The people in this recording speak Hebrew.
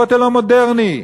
הכותל המודרני.